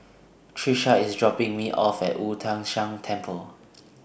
Trisha IS dropping Me off At Wu Tai Shan Temple